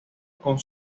con